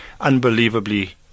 unbelievably